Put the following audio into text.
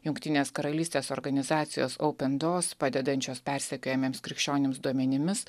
jungtinės karalystės organizacijos open doors padedančios persekiojamiems krikščionims duomenimis